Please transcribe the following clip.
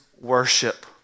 worship